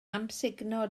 amsugno